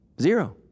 Zero